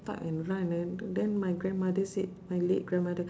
up and run and then my grandmother said my late grandmother